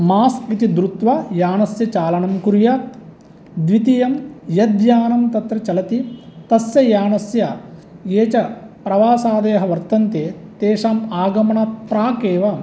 mask इति धृत्वा याणस्य चालनं कुर्यात् द्वितीयं यद्यानं तत्र चलति तस्य यानस्य ये च प्रवासादयः वर्तन्ते तेषाम् आगमनात् प्राक् एव